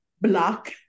block